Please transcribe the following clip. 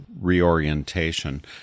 reorientation